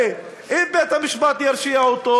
וממילא אם בית-המשפט ירשיע אותו,